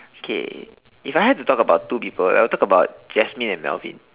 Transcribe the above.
okay if I had to talk about two people I would talk about Jasmine and Melvin